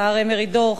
השר מרידור,